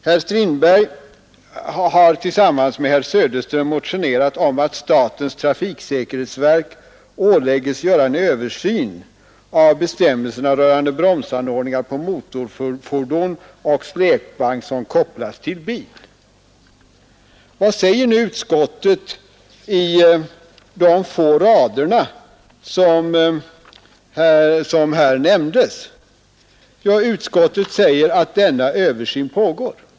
Herr Strindberg har tillsammans med herr Söderström motionerat om att statens trafiksäkerhetsverk skulle åläggas att göra en översyn av bestämmelserna rörande bromsanordningar på motorfordon och släpvagn som kopplas till bil. Och vad säger nu utskottet på de få rader som ägnas häråt? Jo, utskottet säger att denna översyn pågår.